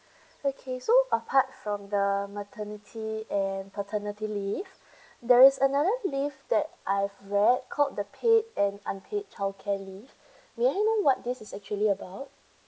okay so apart from the maternity and paternity leave there's another leave that I've read called the paid and unpaid childcare leave may I know what this is actually about